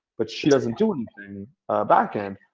but she doesn't do anything back-end?